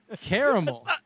Caramel